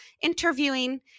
interviewing